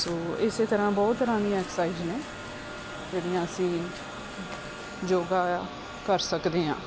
ਸੋ ਇਸੇ ਤਰ੍ਹਾਂ ਬਹੁਤ ਤਰ੍ਹਾਂ ਦੀਆਂ ਐਕਸਸਾਈਜ਼ ਨੇ ਜਿਹੜੀਆਂ ਅਸੀਂ ਯੋਗਾ ਕਰ ਸਕਦੇ ਹਾਂ